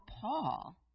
Paul